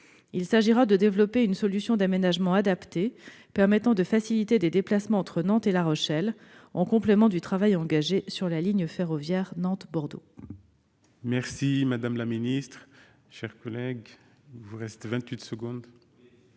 Il s'agira de développer une solution d'aménagement adaptée, permettant de faciliter des déplacements entre Nantes et La Rochelle, en complément du travail engagé sur la ligne ferroviaire Nantes-Bordeaux. La parole est à M.